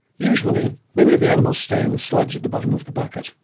usually, many of the animals stay in the sludge at the bottom of the bucket,